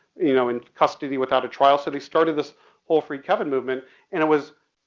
you know, in custody without a trial? so they started this whole free kevin movement and it was,